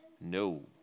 No